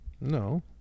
No